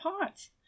parts